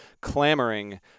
clamoring